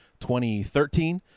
2013